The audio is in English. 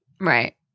right